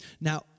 Now